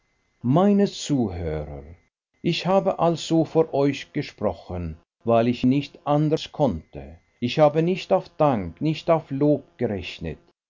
meine zuhörer ich habe also vor euch gesprochen weil ich nicht anders konnte ich habe nicht auf dank nicht auf lob gerechnet